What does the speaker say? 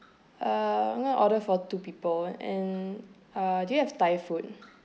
uh I want to order for two people and uh do you have thai food